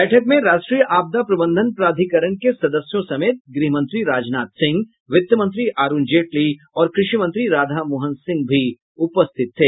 बैठक में राष्ट्रीय आपदा प्रबंधन प्राधिकरण के सदस्यों समेत गृहमंत्री राजनाथ सिंह वित्त मंत्री अरुण जेटली और कृषि मंत्री राधामोहन सिंह भी उपस्थित थे